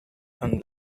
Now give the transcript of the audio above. and